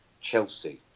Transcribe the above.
Chelsea